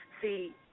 See